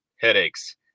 headaches